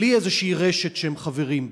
בלי איזו רשת שהם חברים בה.